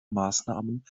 maßnahmen